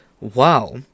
Wow